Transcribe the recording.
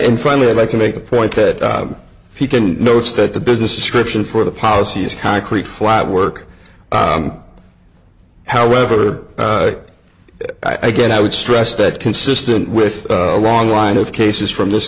and finally i'd like to make a point that if you can notice that the business description for the policy is concrete flatwork however i get i would stress that consistent with a long line of cases from this